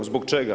Zbog čega?